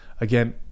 Again